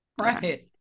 Right